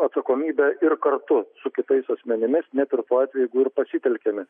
atsakomybė ir kartu su kitais asmenimis net ir tuo atveju jeigu ir pasitelkiami